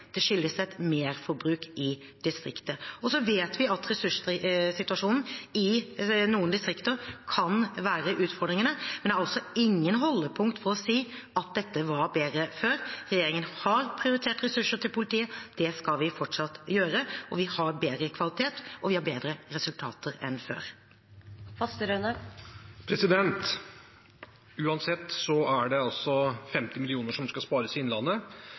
i distriktet. Vi vet at ressurssituasjonen i noen distrikter kan være utfordrende, men det er ingen holdepunkter for å si at det var bedre før. Regjeringen har prioritert ressurser til politiet, og det skal vi fortsatt gjøre. Vi har bedre kvalitet og bedre resultater enn før. Uansett er det 50 mill. kr som skal spares i Innlandet.